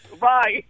Bye